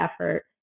effort